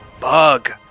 Bug